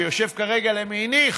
שיושב כרגע לימיני,